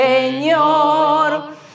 Señor